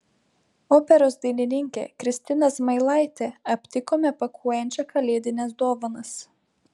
operos dainininkę kristiną zmailaitę aptikome pakuojančią kalėdines dovanas